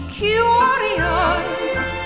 curious